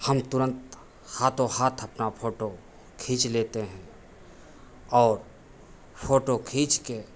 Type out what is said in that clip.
हम तुरंत हाथों हाथ अपना फ़ोटो खींच लेते हैं और फ़ोटो खींचकर